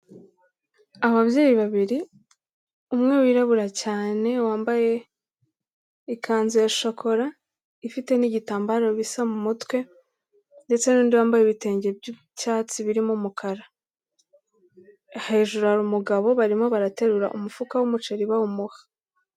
Ababyeyi babiri, umwe wirabura cyane wambaye ikanzu ya shokora, ifite n'igitambaro bisa mu mutwe ndetse n'undi wambaye ibitenge by'icyatsi birimo umukara, hejuru hari umugabo barimo baraterura umufuka w'umuceri bawumuha.